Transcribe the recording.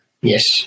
Yes